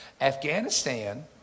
Afghanistan